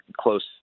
close